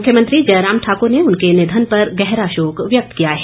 मुख्यमंत्री जयराम ठाक्र ने उनके निधन पर गहरा शोक व्यक्त किया है